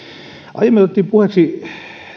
aiemmin otettiin puheeksi